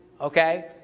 okay